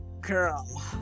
Girl